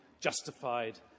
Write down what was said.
justified